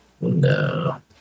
No